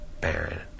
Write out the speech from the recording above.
Baron